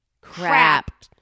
Crap